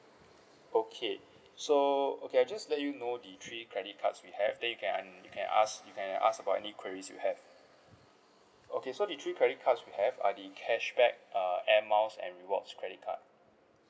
okay so okay I just let you know the three credit cards we have then you can you can ask you can ask about any queries you have okay so the three credit cards we have are the cashback uh air miles and rewards credit card